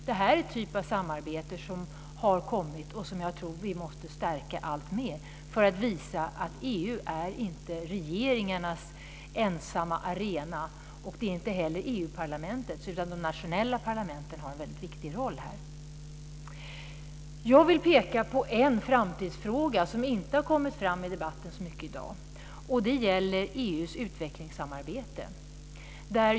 Det är en typ av samarbete som har kommit och som jag tror vi måste stärka alltmer för att visa att EU inte är regeringarnas ensamma arena. Det är inte heller EU parlamentets, utan de nationella parlamenten har här en väldigt viktig roll. Jag vill peka på en framtidsfråga som inte har kommit fram i debatten så mycket i dag. Det gäller EU:s utvecklingssamarbete.